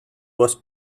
was